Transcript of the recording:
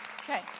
Okay